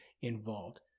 involved